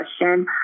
question